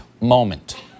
moment